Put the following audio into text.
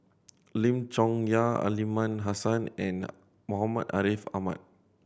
Lim Chong Yah Aliman Hassan and Muhammad Ariff Ahmad